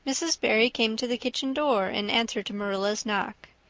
mrs. barry came to the kitchen door in answer to marilla's knock.